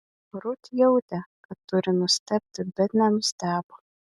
rut jautė kad turi nustebti bet nenustebo